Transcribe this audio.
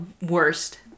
worst